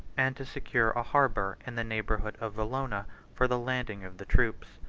and to secure a harbor in the neighborhood of vallona for the landing of the troops.